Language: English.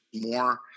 more –